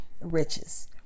riches